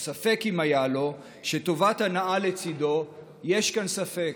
או ספק אם היה לו, שטובת הנאה לצידו, יש כאן ספק.